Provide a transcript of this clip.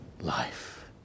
life